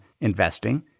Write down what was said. investing